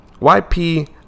YP